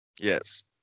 Yes